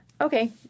okay